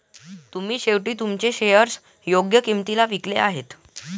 तुम्ही शेवटी तुमचे शेअर्स योग्य किंमतीला विकले आहेत